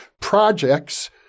projects